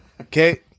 Okay